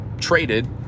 traded